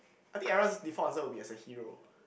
I think everyone's default answer will be as a hero